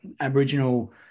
Aboriginal